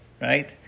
right